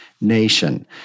Nation